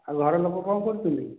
ଆଉ ଘର ଲୋକ କ'ଣ କରୁଛନ୍ତି